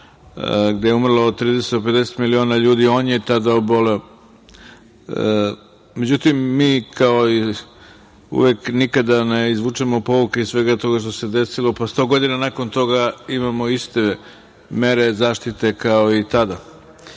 gde je umrlo od 30 do 50 miliona ljudi. On je tada oboleo. Međutim, mi kao i uvek nikada ne izvučemo pouke iz svega toga što se desilo, pa sto godina nakon toga imamo iste mere zaštite kao i tada. Niko